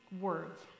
words